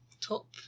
top